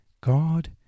God